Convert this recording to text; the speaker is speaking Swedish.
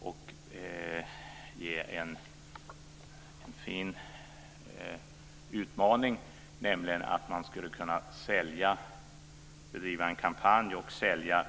Om de drev en kampanj och sålde